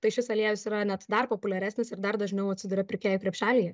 tai šis aliejus yra net dar populiaresnis ir dar dažniau atsiduria pirkėjų krepšelyje